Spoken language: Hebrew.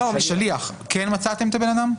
בשליח, כן מצאתם את הבן אדם?